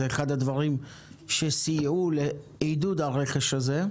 זה אחד הדברים שסייעו לעידוד הרכש הזה,